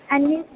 अन्य